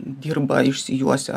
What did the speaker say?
dirba išsijuosę